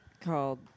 called